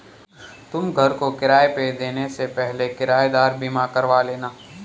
तुम घर को किराए पे देने से पहले किरायेदार बीमा करवा लेना